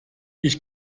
ich